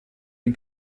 den